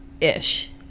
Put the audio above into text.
Ish